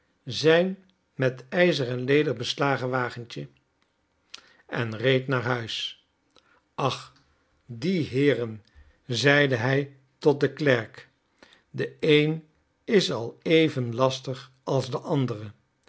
zijn met ijzer en leder beslagen wagentje en reed naar huis ach die heeren zeide hij tot den klerk de een is al even lastig als de ander